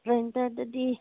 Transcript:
ꯒ꯭ꯔꯥꯏꯟꯗꯔꯗꯗꯤ